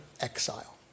exile